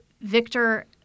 Victor